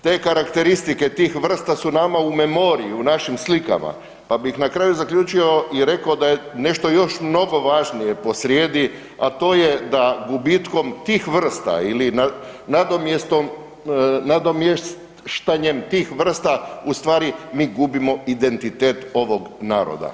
Te karakteristike tih vrsta su nama u memoriji, u našim slikama pa bih na kraju zaključio i rekao da je nešto još mnogo važnije posrijedi a to je da gubitkom tih vrsta ili nadomještanjem tih vrsta ustvari mi gubimo identitet ovog naroda.